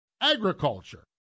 agriculture